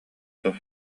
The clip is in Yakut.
дуо